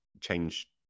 change